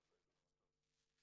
אבל הם במטוס עוד לא ידעו.